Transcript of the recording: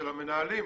של המנהלים,